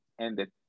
ended